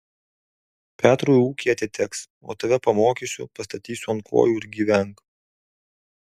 petrui ūkė atiteks o tave pamokysiu pastatysiu ant kojų ir gyvenk